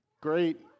great